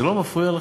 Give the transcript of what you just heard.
זה לא מפריע לכם?